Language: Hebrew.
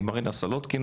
מרינה סלוטקין,